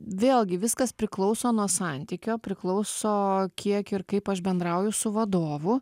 vėlgi viskas priklauso nuo santykio priklauso kiek ir kaip aš bendrauju su vadovu